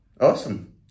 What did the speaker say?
Awesome